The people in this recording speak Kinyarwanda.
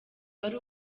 wari